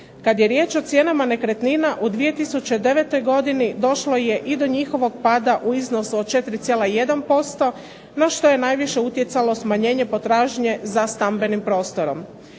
Kad je riječ o cijenama nekretnina u 2009. godini došlo je i do njihovog pada u iznosu od 4,1% na što je najviše utjecalo smanjenje potražnje za stambenim prostorom.